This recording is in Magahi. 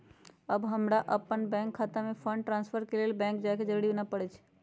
अब हमरा अप्पन बैंक खता में फंड ट्रांसफर के लेल बैंक जाय के जरूरी नऽ परै छइ